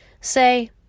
Say